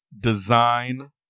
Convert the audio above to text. design